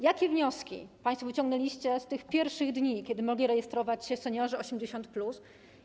Jakie wnioski państwo wyciągnęliście z tych pierwszych dni, kiedy mogli się rejestrować seniorzy 80+?